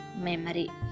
memory